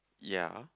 ya